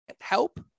help